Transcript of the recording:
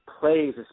plays